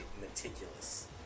meticulous